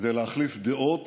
כדי להחליף דעות